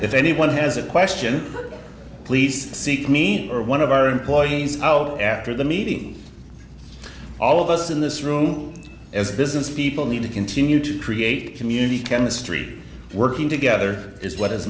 if anyone has a question please seek me or one of our employees out after the meeting all of us in this room as businesspeople need to continue to create community chemistry working together is what has